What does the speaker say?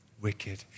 wicked